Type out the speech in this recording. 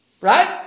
Right